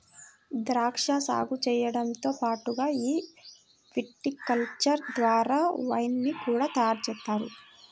ద్రాక్షా సాగు చేయడంతో పాటుగా ఈ విటికల్చర్ ద్వారా వైన్ ని కూడా తయారుజేస్తారు